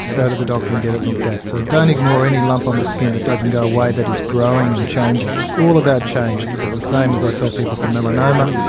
go to the doctor and get it looked at. so don't ignore any lump on the skin that doesn't go away that is growing and changing. it's all about change, and this is the same as i tell people for melanoma,